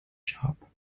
shop